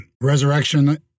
resurrection